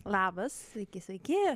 labas sveiki sveiki